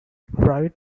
wright